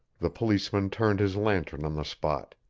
the policeman turned his lantern on the spot.